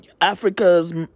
Africa's